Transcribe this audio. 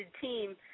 team